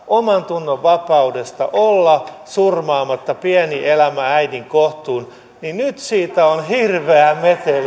omantunnonvapaudesta olla surmaamatta pieni elämä äidin kohtuun niin nyt siitä on hirveä meteli